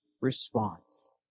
response